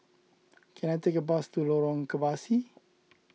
can I take a bus to Lorong Kebasi